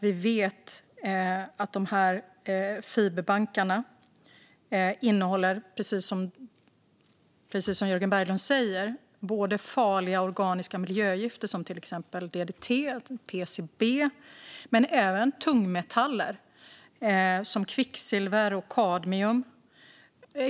Vi vet att fiberbankarna, precis som Jörgen Berglund säger, innehåller farliga organiska miljögifter, till exempel DDT och PCB, men även tungmetaller som kvicksilver och kadmium.